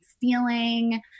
feeling